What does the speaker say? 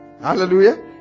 hallelujah